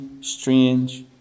strange